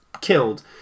killed